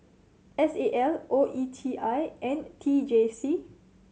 S A L O E T I and T J C